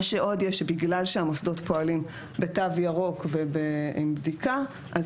מה שעוד יש בגלל שהמוסדות פועלים בתו ירוק ועם בדיקה אז